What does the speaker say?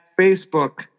Facebook